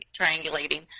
triangulating